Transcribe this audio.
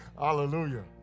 Hallelujah